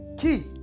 Key